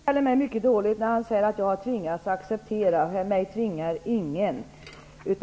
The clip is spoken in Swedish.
Herr talman! Hans Karlsson känner mig mycket dåligt när han säger att jag har tvingats acceptera. Mig tvingar ingen.